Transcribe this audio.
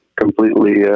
completely